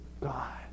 God